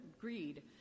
greed